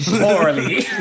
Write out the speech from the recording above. Morally